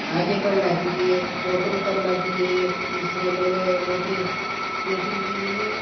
आगे बढ़ना चाहिए नौकरी करना चाहिए इस लिए मैंने उनकी मीटिंग भी ली है